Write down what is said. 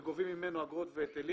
גובים ממנו אגרות והיטלים.